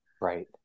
right